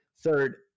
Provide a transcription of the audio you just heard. Third